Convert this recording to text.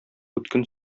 үткен